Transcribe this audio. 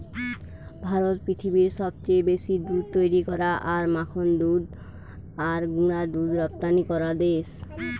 ভারত পৃথিবীর সবচেয়ে বেশি দুধ তৈরী করা আর মাখন দুধ আর গুঁড়া দুধ রপ্তানি করা দেশ